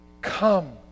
Come